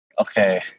Okay